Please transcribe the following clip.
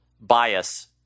bias